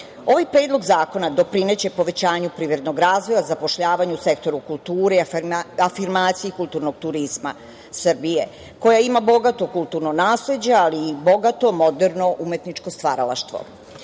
predlog zakona doprineće povećanju privrednog razvoja, zapošljavanju u sektoru kulture, afirmaciji kulturnog turizma Srbije koja ima bogato kulturno nasleđe, ali i bogato moderno umetničko stvaralaštvo. Takođe,